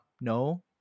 no